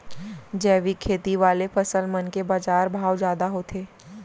जैविक खेती वाले फसल मन के बाजार भाव जादा होथे